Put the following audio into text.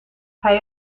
hij